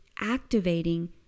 activating